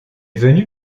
venu